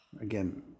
Again